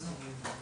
בזום.